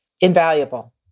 invaluable